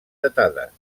datades